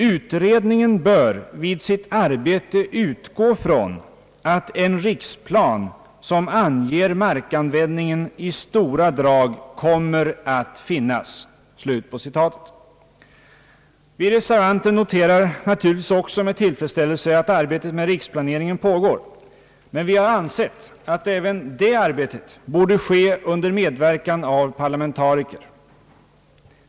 Utredningen bör vid sitt arbete utgå från att en riksplan, som anger markanvändningen i stora drag, kommer att finnas.» Vi reservanter noterar naturligtvis också med tillfredsställelse att arbetet med riksplaneringen pågår, men vi har ansett att även detta arbete borde ske under medverkan av parlamentariker.